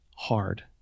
hard